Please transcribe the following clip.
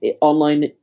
online